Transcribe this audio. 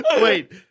Wait